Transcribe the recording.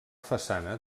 façana